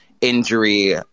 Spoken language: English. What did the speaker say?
injury